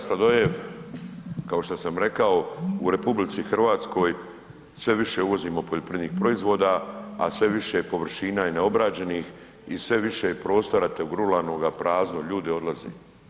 Kolega Sladoljev kao što sam rekao, u Republici Hrvatskoj sve više uvozimo poljoprivrednih proizvoda, a sve više površina je neobrađenih i sve više je prostora toga ruralnoga prazno, ljudi odlaze.